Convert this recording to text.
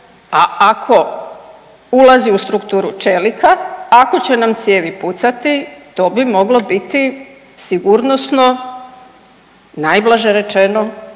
a ako ulazi u strukturu čelika, ako će nam cijevi pucati to bi moglo biti sigurnosno najblaže rečeno